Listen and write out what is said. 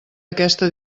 aquesta